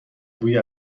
بوی